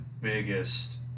biggest